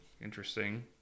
interesting